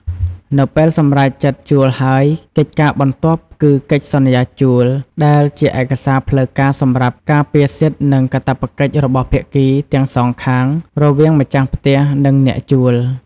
នៅពេលសម្រេចចិត្តជួលហើយ កិច្ចការបន្ទាប់គឺកិច្ចសន្យាជួល ដែលជាឯកសារផ្លូវការសម្រាប់ការពារសិទ្ធិនិងកាតព្វកិច្ចរបស់ភាគីទាំងសងខាង រវាងម្ចាស់ផ្ទះ និងអ្នកជួល។